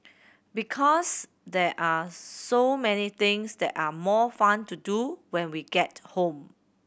because there are so many things that are more fun to do when we get home